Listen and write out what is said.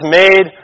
made